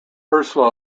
ursula